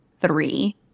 three